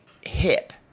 hip